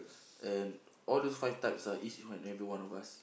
and all those five types are each everyone one of us